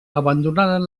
abandonaren